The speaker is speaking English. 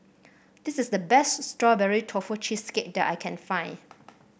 this is the best Strawberry Tofu Cheesecake that I can find